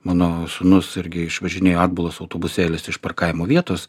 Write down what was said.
mano sūnus irgi išvažinėjo atbulas autobusėlis iš parkavimo vietos